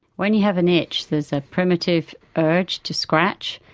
when you have an itch there is a primitive urge to scratch.